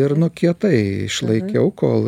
ir nu kietai išlaikiau kol